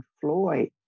Floyd